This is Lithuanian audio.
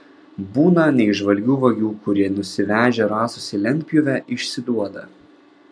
būna neįžvalgių vagių kurie nusivežę rąstus į lentpjūvę išsiduoda